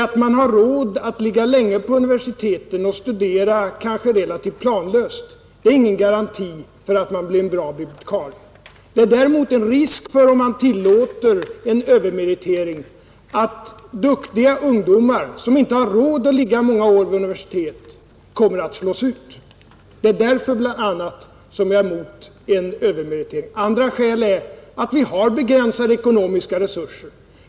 Att man har råd att ligga länge vid universitetet och studera kanske relativt planlöst är ingen garanti för att man blir en bra bibliotekarie. Om man tillåter övermeritering är det däremot risk för att duktiga ungdomar som inte har råd att ligga många år vid universitet kommer att slås ut. Det är bl.a. därför som jag är emot en övermeritering. Ett annat skäl till det är att vi har begränsade ekonomiska resurser.